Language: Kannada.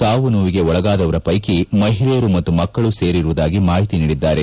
ಸಾವು ನೋವಿಗೆ ಒಳಗಾದವರ ಪ್ಲೆಕಿ ಮಹಿಳೆಯರು ಮತ್ತು ಮಕ್ಕಳು ಸೇರಿರುವುದಾಗಿ ಮಾಹಿತಿ ನೀಡಿದ್ದಾರೆ